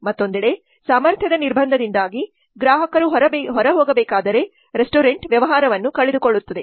ಮತ್ತೊಂದೆಡೆ ಸಾಮರ್ಥ್ಯದ ನಿರ್ಬಂಧದಿಂದಾಗಿ ಗ್ರಾಹಕರು ಹೊರಹೋಗಬೇಕಾದರೆ ರೆಸ್ಟೋರೆಂಟ್ ವ್ಯವಹಾರವನ್ನು ಕಳೆದುಕೊಳ್ಳುತ್ತದೆ